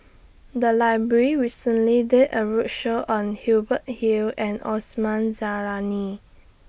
The Library recently did A roadshow on Hubert Hill and Osman Zailani